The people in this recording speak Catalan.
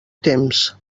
temps